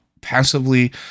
passively